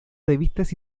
revistas